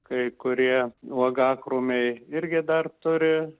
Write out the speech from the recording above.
kai kurie uogakrūmiai irgi dar turi